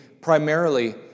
primarily